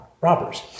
robbers